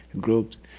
groups